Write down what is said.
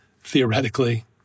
theoretically